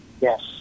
Yes